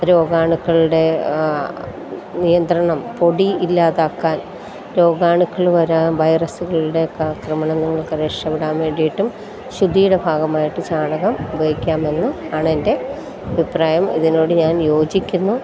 രോഗാണുക്കളുടെ നിയന്ത്രണം പൊടി ഇല്ലാതാക്കാൻ രോഗാണുക്കൾ വരാം വൈറസുകളുടെയൊക്കെ ആക്രമണങ്ങളിൽ നിന്നൊക്കെ രക്ഷപ്പെടാൻ വേണ്ടിയിട്ടും ശുദ്ധിയുടെ ഭാഗമായിട്ട് ചാണകം ഉപയോഗിക്കാമെന്ന് ആണെൻ്റെ അഭിപ്രായം ഇതിനോട് ഞാൻ യോജിക്കുന്നു